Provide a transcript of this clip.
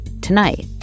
Tonight